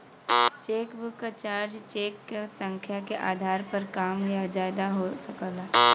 chequebook क charge cheque क संख्या के आधार पर कम या ज्यादा हो सकला